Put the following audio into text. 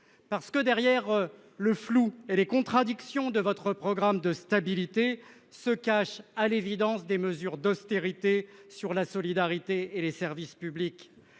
parce que derrière le flou et les contradictions de votre programme de stabilité se cachent à l'évidence des mesures d'austérité sur la solidarité et les services publics